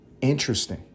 Interesting